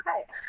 okay